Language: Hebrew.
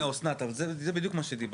הנה, אסנת, זה בדיוק מה שדיברתי.